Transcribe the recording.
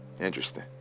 interesting